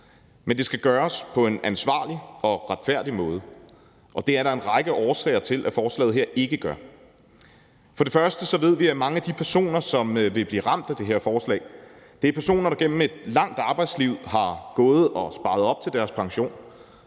men det skal gøres på en ansvarlig og retfærdig måde, og det er der en række årsager til at forslaget her ikke gør. For det første ved vi, at mange af de personer, som vil blive ramt af det her forslag, er personer, der gennem et langt arbejdsliv har gået og sparet op til deres pension.